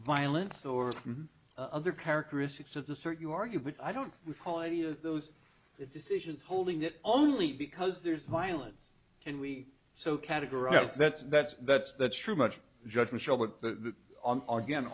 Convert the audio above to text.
violence or other characteristics of the sort you argue but i don't recall any of those decisions holding it only because there's violence and we so categorize that that's that's that's true much judgment show but the on again